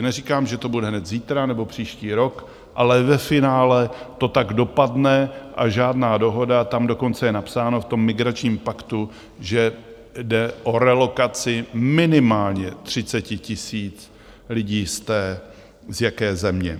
Neříkám, že to bude hned zítra nebo příští rok, ale ve finále to tak dopadne a žádná dohoda tam dokonce je napsáno, v tom migračním paktu, že jde o relokaci minimálně 30 000 lidí z té... z jaké země.